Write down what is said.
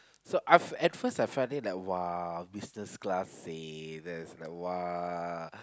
so at first I felt it like !wah! business class seh that's like !wah!